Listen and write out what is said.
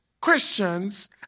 Christians